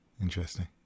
Interesting